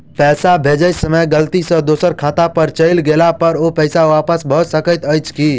पैसा भेजय समय गलती सँ दोसर खाता पर चलि गेला पर ओ पैसा वापस भऽ सकैत अछि की?